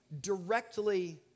directly